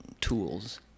tools